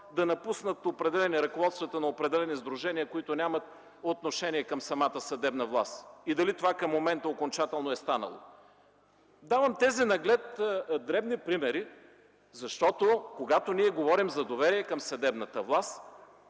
да напуснат ръководството на определени сдружения, които нямат отношение към самата съдебна власт, и дали това към момента окончателно е станало? Давам тези наглед дребни примери, защото, когато говорим за доверие към съдебната власт,